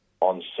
on